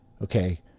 Okay